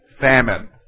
famine